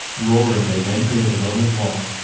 roaring they went o'er the roman wall,